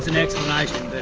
and explanation,